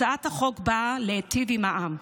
הצעת החוק באה להיטיב עם העם.